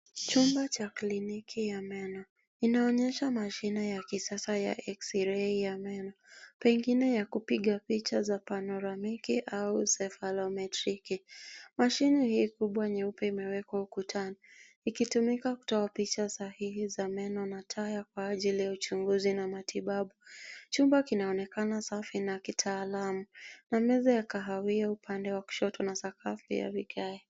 Chumba cha kliniki ya meno inaonyesha mashini ya kisasa ya x ray ya meno pengine ya kupiga picha za panoramiki au zevarometrick ,mashini hii kubwa nyeupe imewekwa ukutani ikitumika kutawapisha sahihi za meno na taa kwa ajili ya uchunguzi na matibabu ,Chumba kinaonekana safi na kitaalam na meza ya kahawia upande wa kushoto na sakafu ya vigae.